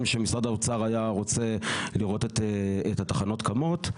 שמשרד האוצר היה רוצה לראות את התחנות קמות,